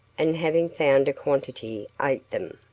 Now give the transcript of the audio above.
and having found a quantity ate them.